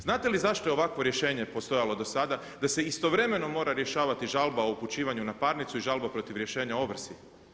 Znate li zašto je ovakvo rješenje postojalo do sada da se istovremeno mora rješavati žalba o upućivanju na parnicu i žalba protiv rješenje o ovrsi?